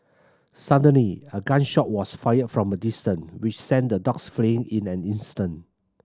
suddenly a gun shot was fired from a distance which sent the dogs fleeing in an instant